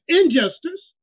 injustice